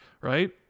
Right